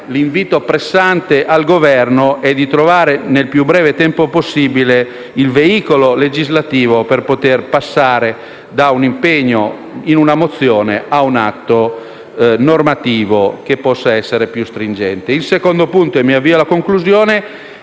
l'invito pressante al Governo è di trovare, nel più breve tempo possibile, il veicolo legislativo per poter passare da un impegno in un ordine del giorno a un atto normativo che possa essere più stringente. Il secondo aspetto che desidero evidenziare